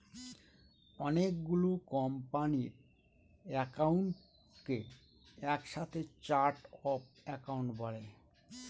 অনেকগুলো কোম্পানির একাউন্টকে এক সাথে চার্ট অফ একাউন্ট বলে